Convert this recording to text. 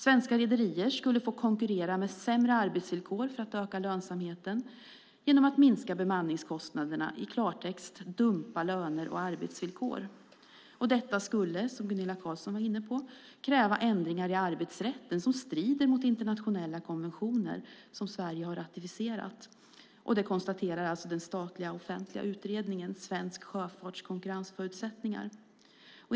Svenska rederier skulle få konkurrera med sämre arbetsvillkor, genom att minska bemanningskostnaderna, för att öka lönsamheten. I klartext dumpa löner och arbetsvillkor. Detta skulle, som Gunilla Carlsson var inne på, kräva ändringar i arbetsrätten som strider mot internationella konventioner som Sverige har ratificerat. Detta konstateras alltså i den statliga offentliga utredningen Svensk sjöfarts konkurrensförutsättningar .